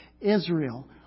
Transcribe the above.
Israel